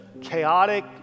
chaotic